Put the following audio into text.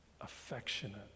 affectionate